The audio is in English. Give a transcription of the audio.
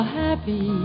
happy